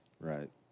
Right